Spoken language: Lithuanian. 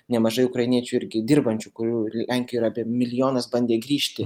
nemažai ukrainiečių irgi dirbančių kurių lenkijoj yra apie milijonas bandė grįžti